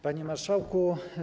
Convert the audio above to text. Panie Marszałku!